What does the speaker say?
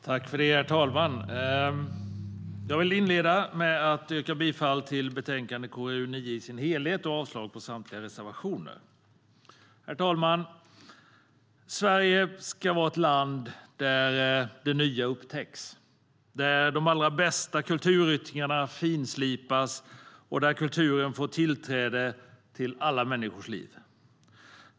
Herr talman! Jag inleder med att yrka bifall till förslaget i betänkande KrU9 i sin helhet och avslag på samtliga reservationer. Herr talman! Sverige ska vara ett land där det nya upptäcks, där de allra bästa kulturyttringarna finslipas och där kulturen får tillträde till alla människors liv.